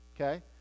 okay